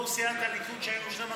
יו"ר סיעת הליכוד, כשהיינו 12 מנדטים,